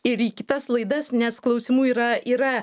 ir į kitas laidas nes klausimų yra yra